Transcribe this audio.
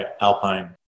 Alpine